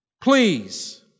Please